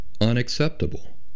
unacceptable